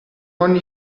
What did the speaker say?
ogni